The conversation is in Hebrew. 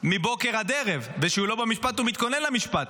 מבוקר עד ערב, וכשהוא לא במשפט, הוא מתכונן למשפט.